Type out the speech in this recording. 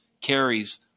carries